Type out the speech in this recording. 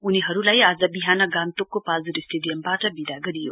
उनीहरूलाई आज बिहान गान्तोकको पाल्जोर स्टेडियमबाट विदा गरियो